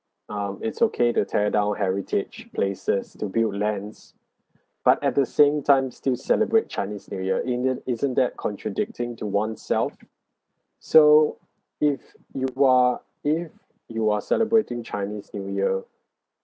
um it's okay to tear down heritage places to build lands but at the same time still celebrate chinese new year in the end isn't that contradicting to oneself so if you are if you are celebrating chinese new year